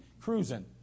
cruising